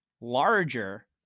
larger